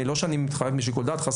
לא שאני מתחמק משיקול דעת חס וחלילה.